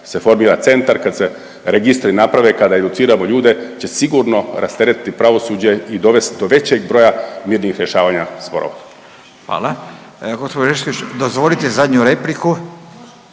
se formira centar, kad se registri naprave, kada educiramo ljude će sigurno rasteretiti pravosuđe i dovesti do većeg broja mirnih rješavanja sporova. **Radin, Furio (Nezavisni)**